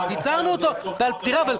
תראה,